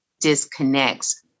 disconnects